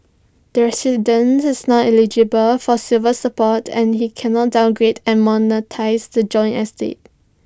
the resident is not eligible for silver support and he cannot downgrade and monetise the joint estate